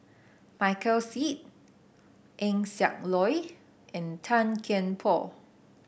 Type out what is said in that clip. Michael Seet Eng Siak Loy and Tan Kian Por